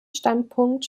standpunkt